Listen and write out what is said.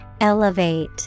Elevate